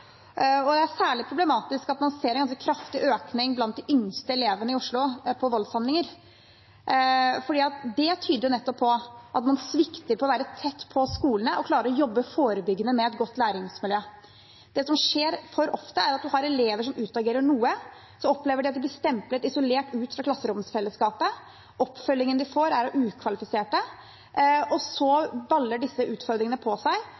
Det er særlig problematisk at man ser en ganske kraftig økning i voldshandlinger blant de yngste elevene i Oslo. Det tyder nettopp på at man svikter med å være tett på skolene og jobbe forebyggende med et godt læringsmiljø. Det som skjer for ofte, er at man har elever som utagerer noe. Så opplever de at de blir stemplet og isolert fra klasseromfellesskapet. Oppfølgingen de får, får de av ukvalifiserte. Så baller disse utfordringene på seg,